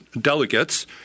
delegates